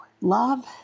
Love